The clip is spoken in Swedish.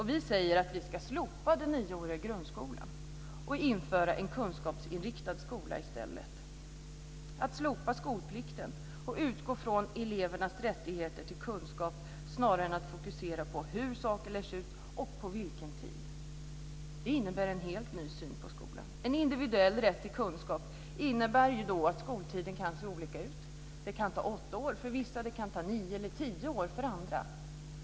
Vi säger att vi ska slopa den nioåriga grundskolan och införa en kunskapsinriktad skola i stället, slopa skolplikten och utgå från elevernas rättigheter till kunskap snarare än att fokusera på hur saker lärs ut och på vilken tid. Det innebär en helt ny syn på skolan. En individuell rätt till kunskap innebär att skoltiden kan se olika ut. Det kan ta åtta år för vissa, nio eller tio år för andra.